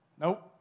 nope